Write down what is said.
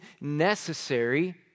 necessary